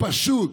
פשוט